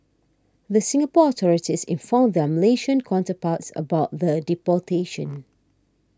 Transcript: the Singapore authorities informed their Malaysian counterparts about the deportation